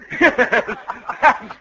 Yes